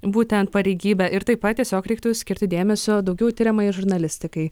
būtent pareigybę ir taip pat tiesiog reiktų skirti dėmesio daugiau tiriamajai žurnalistikai